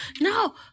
No